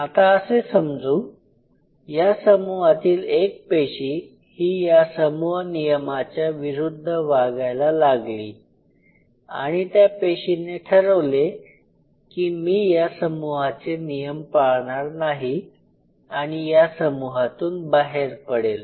आता असे समजू या समूहातील एक पेशी ही या समूह नियमाच्या विरुद्ध वागायला लागली आणि त्या पेशीने ठरवले कि मी या समूहाचे नियम पाळणार नाही आणि या समूहातून बाहेर पडेल